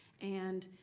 and